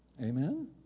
Amen